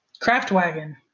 Craftwagon